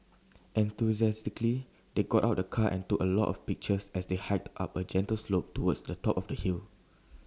enthusiastically they got out the car and took A lot of pictures as they hiked up A gentle slope towards the top of the hill